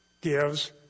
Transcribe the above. gives